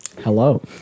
Hello